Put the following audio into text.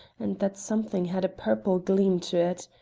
and that something had a purple gleam to it.